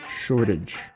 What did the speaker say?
shortage